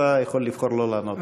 אתה יכול לבחור שלא לענות עליהן.